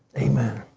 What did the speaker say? amen.